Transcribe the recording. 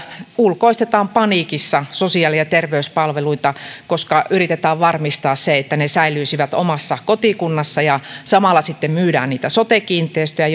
ulkoistetaan paniikissa sosiaali ja terveyspalveluita koska yritetään varmistaa se että ne säilyisivät omassa kotikunnassa ja samalla sitten myydään niitä sote kiinteistöjä